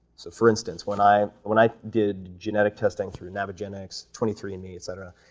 so for instance, when i when i did genetic testing through navigenics, twenty three andme, etc,